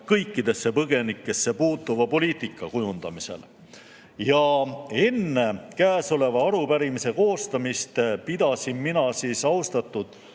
kõikidesse põgenikesse puutuva poliitika kujundamisel. Enne arupärimise koostamist pidasin mina austatud